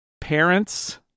parents